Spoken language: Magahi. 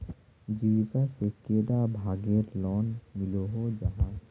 जीविका से कैडा भागेर लोन मिलोहो जाहा?